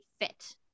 fit